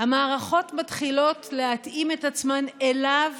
הוא שהמערכות מתחילות להתאים את עצמן אליו